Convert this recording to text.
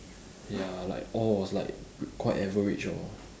ya like all was like pr~ quite average lor